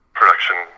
production